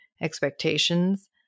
expectations